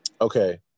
okay